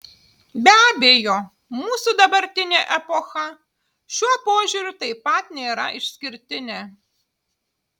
be abejo mūsų dabartinė epocha šiuo požiūriu taip pat nėra išskirtinė